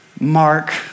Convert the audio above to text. Mark